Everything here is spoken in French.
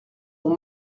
ont